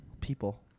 People